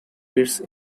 its